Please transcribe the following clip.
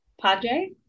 Padre